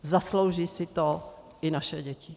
Zaslouží si to i naše děti.